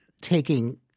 taking